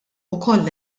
wkoll